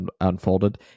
unfolded